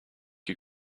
you